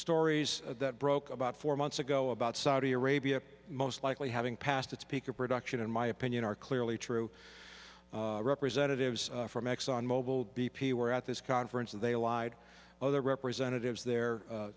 stories that broke about four months ago about saudi arabia most likely having passed its peak of production in my opinion are clearly true representatives from exxon mobil b p were at this conference and they lied other representatives they're